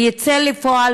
זה יצא לפועל,